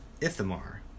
Ithamar